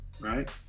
right